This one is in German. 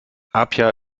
apia